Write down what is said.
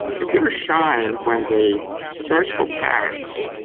computers shine when they search for patterns.